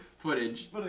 footage